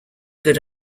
good